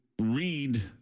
read